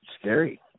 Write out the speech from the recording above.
scary